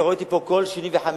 אתה רואה אותי פה כל שני וחמישי,